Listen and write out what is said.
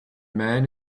man